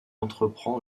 entreprend